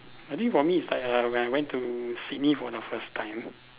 I think for me is like err when I went to Sydney for the first time